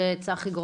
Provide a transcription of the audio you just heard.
למשרד החינוך.